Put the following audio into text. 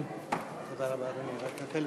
יש הפסקה?